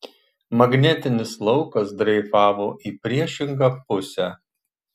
magnetinis laukas dreifavo į priešingą pusę